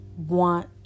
want